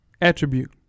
attribute